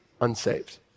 unsaved